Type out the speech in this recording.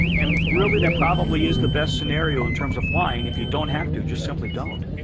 and really that probably is the best scenario, in terms of flying. if you don't have to, just simply don't.